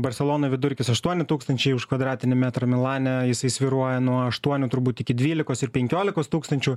barselona vidurkis aštuoni tūkstančiai už kvadratinį metrą milane jisai svyruoja nuo aštuonių turbūt iki dvylikos penkiolikos tūkstančių